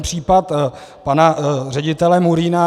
Případ pana ředitele Murína.